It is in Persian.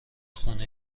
خونه